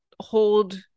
hold